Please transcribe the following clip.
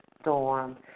storm